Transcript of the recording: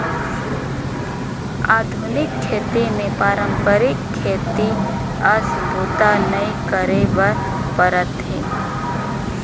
आधुनिक खेती मे पारंपरिक खेती अस बूता नइ करे बर परत हे